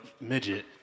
midget